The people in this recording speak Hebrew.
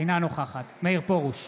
אינה נוכחת מאיר פרוש,